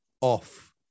off